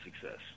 success